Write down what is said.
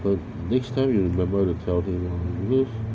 the next time you remember to tell him lor because